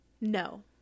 No